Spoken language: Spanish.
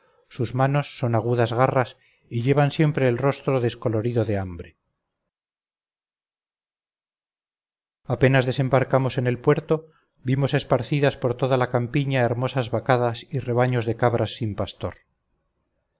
sus manos son agudas garras y llevan siempre el rostro descolorido de hambre apenas desembarcamos en el puerto vimos esparcidas por toda la campiña hermosas vacadas y rebaños de cabras sin pastor